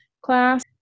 class